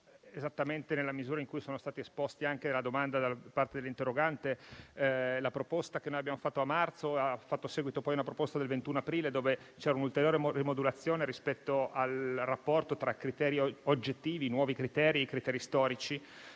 esattamente nella misura in cui sono stati esposti anche nella domanda dell'interrogante. Alla proposta che abbiamo fatto a marzo ha fatto seguito poi una proposta del 21 aprile, che recava un'ulteriore rimodulazione rispetto al rapporto tra criteri oggettivi, nuovi criteri e criteri storici.